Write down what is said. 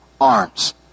arms